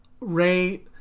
Ray